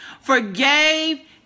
forgave